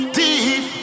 deep